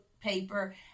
paper